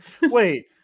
Wait